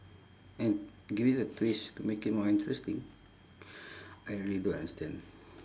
and give it a twist to make it more interesting I really don't understand